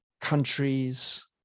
countries